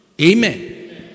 Amen